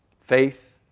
Faith